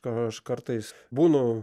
aš kartais būnu